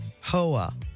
Hoa